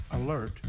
alert